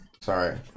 Sorry